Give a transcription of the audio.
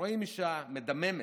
רואים אישה מדממת